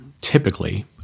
typically